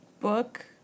book